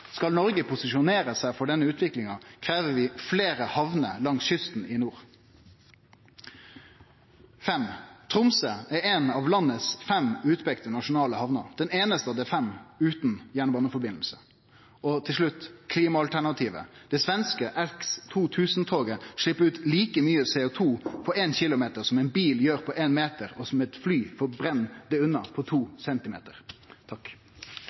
Skal Noreg posisjonere seg for denne utviklinga, krev det fleire hamner langs kysten i nord. For det femte: Tromsø er ein av landets fem utpeikte nasjonale hamner, den einaste av dei fem utan jernbaneforbindelse. Og til slutt klimaalternativet: Det svenske X2000-toget slepp ut like mykje CO2 på ein kilometer som ein bil gjer på ein meter, og som eit fly gjer på to centimeter. Jeg vil si takk